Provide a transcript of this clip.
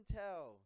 tell